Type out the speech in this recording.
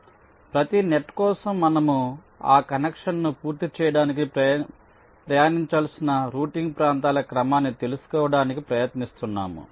కాబట్టి ప్రతి నెట్ కోసం మనము ఆ కనెక్షన్ను పూర్తి చేయడానికి ప్రయాణించాల్సిన రౌటింగ్ ప్రాంతాల క్రమాన్ని తెలుసుకోవడానికి ప్రయత్నిస్తున్నాము